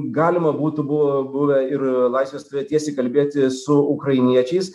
galima būtų buvo buvę ir laisves tėvė tiesiai kalbėti su ukrainiečiais